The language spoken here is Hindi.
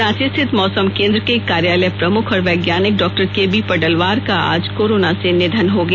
रांची स्थित मौसम केंद्र के कार्यालय प्रमुख और वैज्ञानिक डॉ के वी पडलवार का आज कोरोना से निधन हो गया